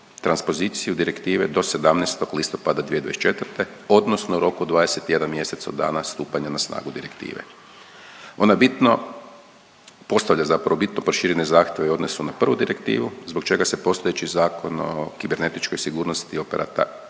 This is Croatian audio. transpoziciju direktive do 17. listopada 2024. odnosno u roku 21 mjesec od dana stupanja na snagu direktive. Ona bitno, postavlja zapravo bitno proširene zahtjeve u odnosu na prvu direktivu, zbog čega se postojeći Zakon o kibernetičkoj sigurnosti operatora